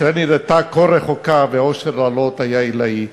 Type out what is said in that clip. ישראל נראתה כה רחוקה והאושר של לעלות היה עילאי.